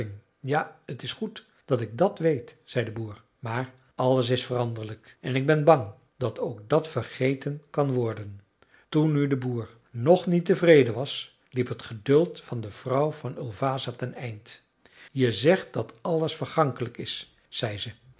ja het is goed dat ik dat weet zei de boer maar alles is veranderlijk en ik ben bang dat ook dat vergeten kan worden toen nu de boer nog niet tevreden was liep het geduld van de vrouw van ulvasa ten eind je zegt dat alles vergankelijk is zei ze